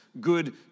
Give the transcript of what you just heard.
good